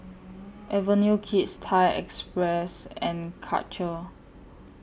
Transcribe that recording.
Avenue Kids Thai Express and Karcher